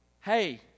Hey